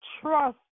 trust